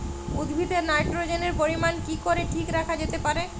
উদ্ভিদে নাইট্রোজেনের পরিমাণ কি করে ঠিক রাখা যেতে পারে?